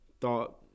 thought